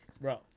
Bro